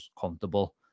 comfortable